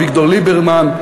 אביגדור ליברמן,